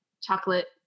Chocolate